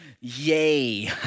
yay